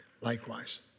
likewise